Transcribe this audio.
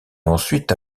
ensuite